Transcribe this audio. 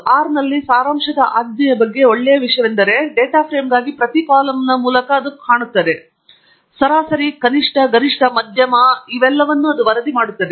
R ನಲ್ಲಿ ಸಾರಾಂಶದ ಆಜ್ಞೆಯ ಬಗ್ಗೆ ಒಳ್ಳೆಯ ವಿಷಯವೆಂದರೆ ಡೇಟಾ ಫ್ರೇಮ್ಗಾಗಿ ಪ್ರತಿ ಕಾಲಮ್ನ ಮೂಲಕ ಕಾಣುತ್ತದೆ ಮತ್ತು ಸರಾಸರಿ ಕನಿಷ್ಠ ಗರಿಷ್ಠ ಮಧ್ಯಮ ಮತ್ತು ಹೀಗೆ ವರದಿ ಮಾಡುತ್ತದೆ